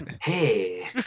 Hey